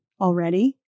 already